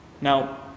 Now